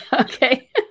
okay